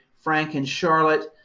frank and charlotte,